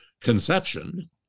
conception